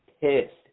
pissed